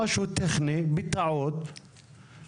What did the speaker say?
מישהו ממשרד ראש הממשלה רוצה להתייחס?